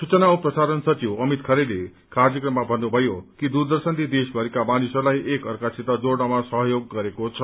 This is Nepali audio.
सूचना औ प्रसारण सचिव अमित खरेले कार्यक्रममा भन्नुभयो कि दूरदर्शनले देशभरिका मानिसहस्लाई एक अर्कांसित जोड़नमा सहयोग गरेको छ